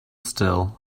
still